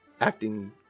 acting